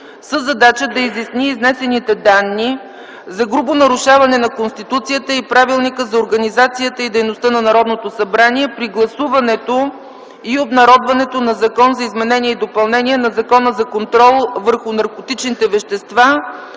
със задача да изясни изнесените данни за грубо нарушаване на Конституцията и Правилника за организацията и дейността на Народното събрание при гласуването и обнародването на Закон за изменение и допълнение на Закона за контрол върху наркотичните вещества